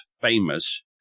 famous